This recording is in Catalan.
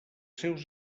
seus